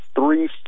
three